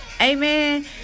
amen